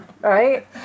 Right